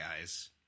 guys